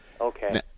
Okay